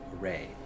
array